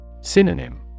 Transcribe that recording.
Synonym